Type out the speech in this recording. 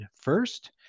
first